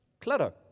clutter